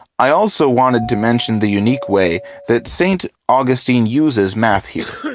i also want ah to mention the unique way that st. augustine uses math here.